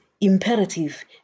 imperative